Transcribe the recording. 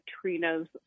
Trina's